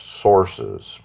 sources